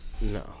no